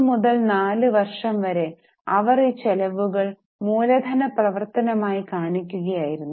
3 മുതൽ 4 വർഷം വരെ അവർ ഈ ചെലവുകൾ മൂലധന പ്രവർത്തനമായി കാണിക്കുകയായിരുന്നു